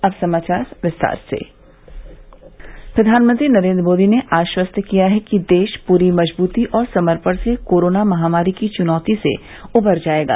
और अब समाचार विस्तार से प्रधानमंत्री नरेन्द्र मोदी ने आश्वस्त किया है कि देश प्री मजबूती और समर्पण से कोरोना महामारी की च्नौती से उबर जाएगा